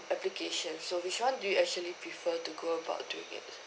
application so which one do you actually prefer to go about doing it